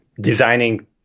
designing